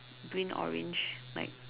green orange like